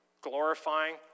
glorifying